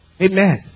Amen